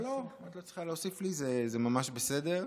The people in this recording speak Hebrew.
לא, לא, את לא צריכה להוסיף לי, זה ממש בסדר.